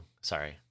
Sorry